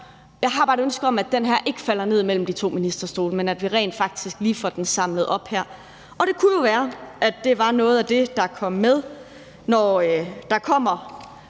Jeg har bare et ønske om, at den her ikke falder ned mellem de to ministerstole, men at vi rent faktisk lige får den samlet op her. Og det kunne være, at det var noget af det, der kom med, når nummer